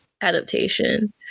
adaptation